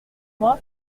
moi